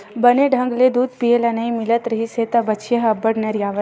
बने ढंग ले दूद पिए ल नइ मिलत रिहिस त बछिया ह अब्बड़ नरियावय